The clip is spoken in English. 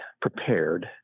prepared